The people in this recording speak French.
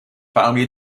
parmi